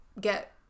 get